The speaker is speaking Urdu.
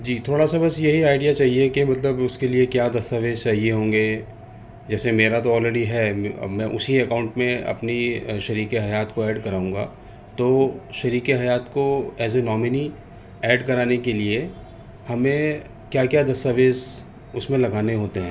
جی تھوڑا سا بس یہی آئیڈیا چاہیے کہ مطلب اس کے لیے کیا دستاویز چاہیے ہوں گے جیسے میرا تو آلریڈی ہے میں اسی اکاؤنٹ میں اپنی شریکِ حیات کو ایڈ کراؤنگا تو شریکِ حیات کو ایز اے نامنی ایڈ کرانے کے لیے ہمیں کیا کیا دستاویز اس میں لگانے ہوتے ہیں